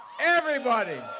everybody!